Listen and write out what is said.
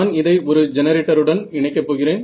நான் இதை ஒரு ஜெனரேட்டருடன் இணைக்க போகிறேன்